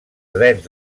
drets